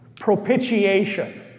Propitiation